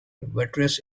vitreous